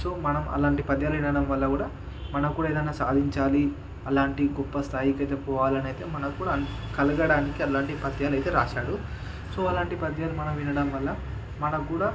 so మనం అలాంటి పద్యాలు వినడం వల్ల కూడా మనక్కూడా ఏదన్నా సాధించాలి అలాంటి గొప్ప స్థాయికైతే పోవాలనైతే మనక్కూడా కలగడానికి అలాంటి పద్యాలు అయితే వ్రాసాడు సో అలాంటి పద్యాలు మనం వినడం వల్ల మనక్కూడా